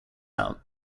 out